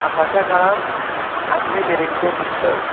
आतांच्या काळांत आठवी मेरेनचें शिक्षण